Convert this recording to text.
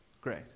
Great